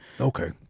Okay